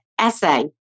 essay